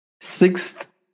Sixth